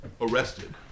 arrested